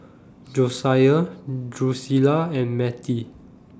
Josiah Drusilla and Matie